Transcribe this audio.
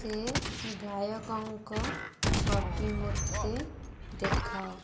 ସେ ଗାୟକଙ୍କ ଛବି ମୋତେ ଦେଖାଅ